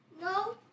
No